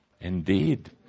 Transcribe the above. indeed